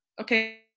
okay